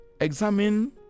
examine